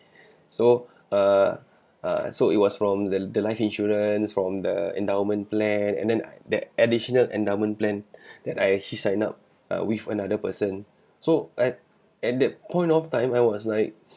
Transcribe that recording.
so uh err so it was from the life insurance from the endowment plan and then that additional endowment plan that I actually sign up uh with another person so at at that point of time I was like